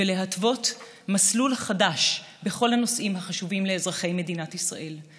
ולהתוות מסלול חדש בכל הנושאים החשובים לאזרחי מדינת ישראל.